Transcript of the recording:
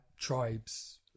tribes